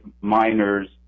miners